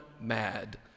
mad